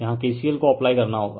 यहाँ KCL को apply करना होगा